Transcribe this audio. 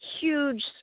huge